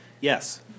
Yes